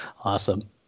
Awesome